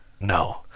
No